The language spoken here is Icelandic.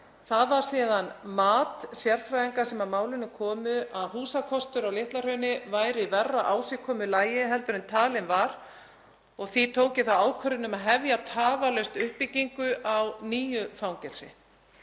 Það var síðan mat sérfræðinga sem að málinu komu að húsakostur á Litla-Hrauni væri í verra ásigkomulagi en talið var og því tók ég þá ákvörðun að hefja tafarlaust uppbyggingu á nýju fangelsi.